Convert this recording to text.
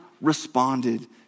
responded